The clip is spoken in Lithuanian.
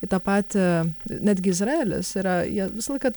į tą patį netgi izraelis yra jie visą laiką